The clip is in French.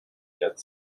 quatre